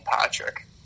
Patrick